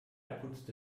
putzte